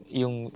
yung